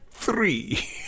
Three